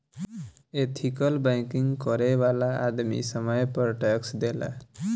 ethical banking करे वाला आदमी समय पर टैक्स देला